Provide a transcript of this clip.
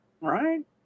Right